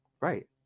Right